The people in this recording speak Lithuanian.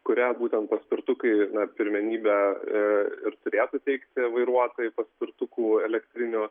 kuria būtent paspirtukai pirmenybę ir turėtų teikti vairuotojai paspirtukų elektrinių